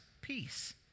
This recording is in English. peace